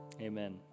amen